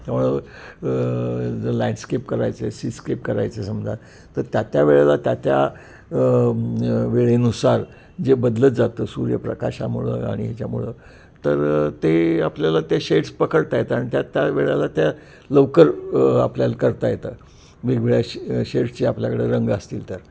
त्यामुळं जर लँडस्केप करायचं सीस्केप करायचं समजा तर त्या त्या वेळेला त्या त्या वेळेनुसार जे बदलत जातं सूर्यप्रकाशामुळं आणि ह्याच्यामुळं तर ते आपल्याला त्या शेड्स पकडता येतं आणि त्या त्या वेळेला त्या लवकर आपल्याला करता येतं वेगवेगळ्या शेड्सचे आपल्याकडं रंग असतील तर